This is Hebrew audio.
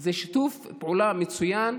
זה שיתוף פעולה מצוין,